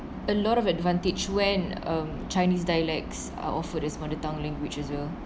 a lot of advantage when um chinese dialects are offered as mother tongue language as well